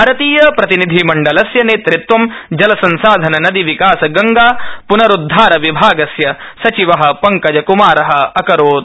भारतीय प्रतिनिधिमण्डलस्य नेतृत्वं जलसंसाधन नदीविकास गंगाप्नरूद्धारविभागस्य सचिव पंकजक्मार अकरोत्